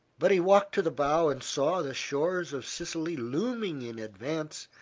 but he walked to the bow and saw the shores of sicily looming in advance,